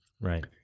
Right